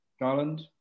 Garland